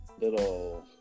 little